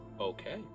Okay